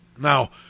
Now